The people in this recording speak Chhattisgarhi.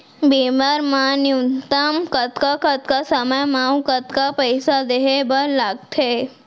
बीमा बर न्यूनतम कतका कतका समय मा अऊ कतका पइसा देहे बर लगथे